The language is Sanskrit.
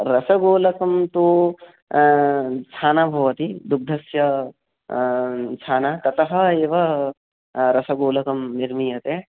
रसगोलकं तु छाना भवति दुग्धस्य छाना ततः एव रसगोलकं निर्मीयते